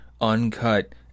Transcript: uncut